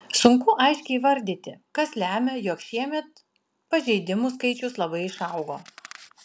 sunku aiškiai įvardyti kas lemia jog šiemet pažeidimų skaičius labai išaugo